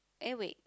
eh wait